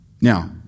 Now